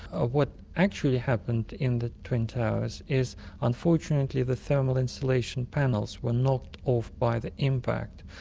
what actually happened in the twin towers is unfortunately the thermal insulation panels were knocked off by the impact.